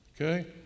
Okay